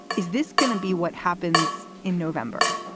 is this going to be what happens in november?